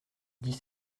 dix